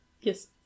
Yes